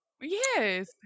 Yes